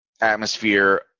atmosphere